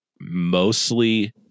mostly –